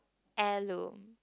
heirloom